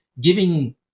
giving